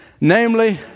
Namely